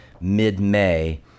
mid-May